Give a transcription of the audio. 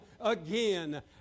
again